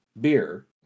beer